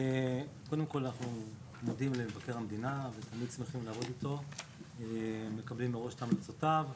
אנחנו מודים לנציגי מבקר המדינה על הדוח ומקבלים את המלצותיהם.